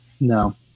No